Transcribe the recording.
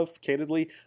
candidly